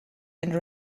and